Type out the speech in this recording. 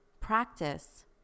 practice